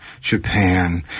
Japan